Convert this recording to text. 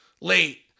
late